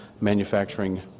manufacturing